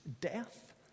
death